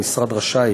המשרד רשאי